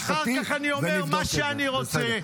ואחרי זה אני אומר מה שאני רוצה.